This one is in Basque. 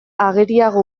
ageriago